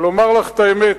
לומר לך את האמת,